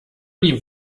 die